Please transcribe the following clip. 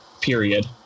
period